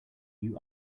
you